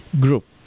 group